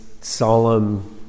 solemn